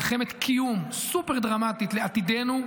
מלחמת קיום סופר-דרמטית לעתידנו,